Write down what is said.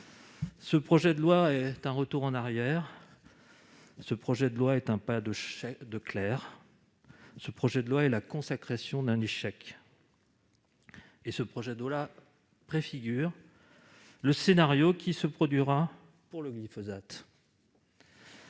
Ce projet de loi est un retour en arrière. Ce projet de loi est un pas de clerc. Ce projet de loi est la consécration d'un échec. Ce projet de loi préfigure le scénario qui se produira pour le glyphosate.